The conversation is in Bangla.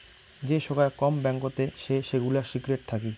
যে সোগায় কম ব্যাঙ্কতে সে সেগুলা সিক্রেট থাকি